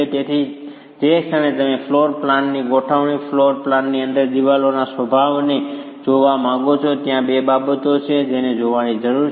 તેથી જે ક્ષણે તમે ફ્લોર પ્લાનની ગોઠવણી અને ફ્લોર પ્લાનની અંદર દિવાલોના સ્વભાવને જોવા માંગો છો ત્યાં 2 બાબતો છે જેને જોવાની જરૂર છે